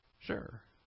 Sure